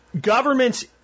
governments